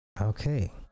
Okay